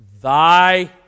Thy